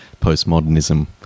postmodernism